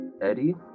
Eddie